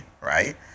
right